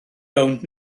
rownd